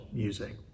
music